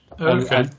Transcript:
Okay